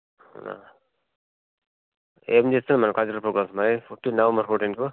ఏం చేస్తున్నారు madam cultural programmes మరి ఫోర్టీన్త్ నవంబరు ఫోర్టీన్త్కు